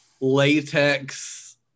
latex